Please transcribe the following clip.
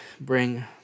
bring